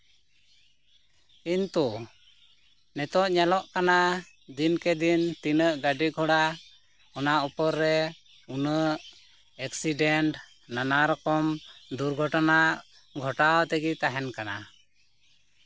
ᱠᱤᱱᱛᱩ ᱱᱤᱛᱳᱜ ᱧᱮᱞᱚᱜ ᱠᱟᱱᱟ ᱫᱤᱱ ᱠᱮ ᱫᱤᱱ ᱛᱤᱱᱟᱹᱜ ᱜᱟᱹᱰᱤ ᱜᱷᱚᱲᱟ ᱚᱱᱟ ᱩᱯᱚᱨ ᱨᱮ ᱩᱱᱟᱹᱜ ᱮᱠᱥᱤᱰᱮᱱᱴ ᱱᱟᱱᱟ ᱨᱚᱠᱚᱢ ᱫᱩᱨᱜᱚᱴᱷᱚᱱᱟ ᱜᱷᱚᱴᱟᱣ ᱛᱮᱜᱮ ᱛᱟᱦᱮᱱ ᱠᱟᱱᱟ